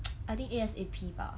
I think it A_S_A_P bah